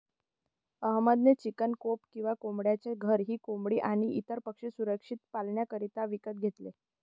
अहमद ने chicken coop किंवा कोंबड्यांचे घर ही कोंबडी आणी इतर पक्षी सुरक्षित पाल्ण्याकरिता विकत घेतले